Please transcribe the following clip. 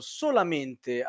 solamente